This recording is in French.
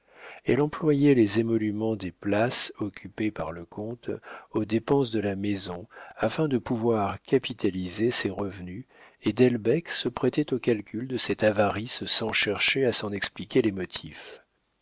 elle employait les émoluments des places occupées par le comte aux dépenses de la maison afin de pouvoir capitaliser ses revenus et delbecq se prêtait aux calculs de cette avarice sans chercher à s'en expliquer les motifs